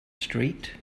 street